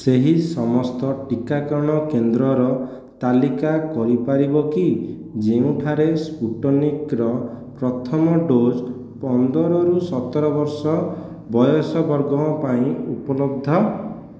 ସେହି ସମସ୍ତ ଟିକାକରଣ କେନ୍ଦ୍ରର ତାଲିକା କରିପାରିବ କି ଯେଉଁଠାରେ ସ୍ଫୁଟନିକ୍ର ପ୍ରଥମ ଡୋଜ୍ ପନ୍ଦରରୁ ସତର ବର୍ଷ ବୟସ ବର୍ଗଙ୍କ ପାଇଁ ଉପଲବ୍ଧ